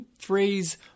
phrase